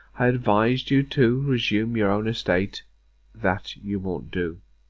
advised you to resume your own estate that you won't do.